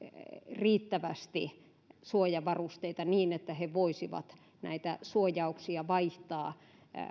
riittävästi suojavarusteita niin että he voisivat näitä suojauksia vaihtaa